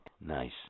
Nice